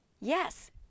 Yes